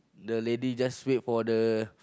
the lady just wait for the